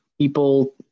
people